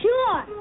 Sure